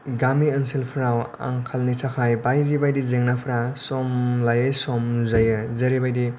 गामि ओनसोलफोराव आंखालनि थाखाय बायदि बायदि जेंनाफोरा सम लायै सम नुजायो जेरैबायदि